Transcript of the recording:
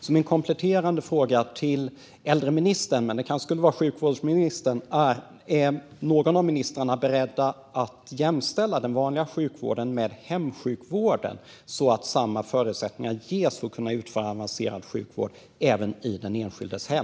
Min kompletterande fråga till äldreministern, men det kanske skulle vara sjukvårdsministern, är om någon av ministrarna är beredd att jämställa den vanliga sjukvården med hemsjukvården, så att samma förutsättningar ges för att kunna utföra avancerad sjukvård även i den enskildes hem.